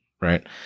right